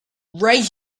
right